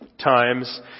times